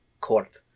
court